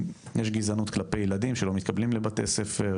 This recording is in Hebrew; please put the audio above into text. יש גזענות כלפי ילדים שלא מתקבלים לבתי ספר,